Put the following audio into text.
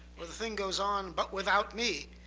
or the thing goes on, but without me.